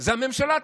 זה הממשלה תקבע.